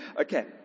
Okay